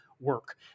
work